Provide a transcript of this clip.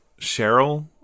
Cheryl